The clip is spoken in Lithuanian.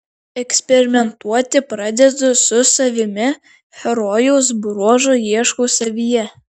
eksperimentuoti pradedu su savimi herojaus bruožų ieškau savyje